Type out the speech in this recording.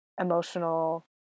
emotional